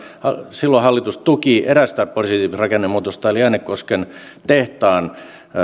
hallitus tuki merkittävillä toimilla erästä positiivista rakennemuutosta eli äänekosken tehtaan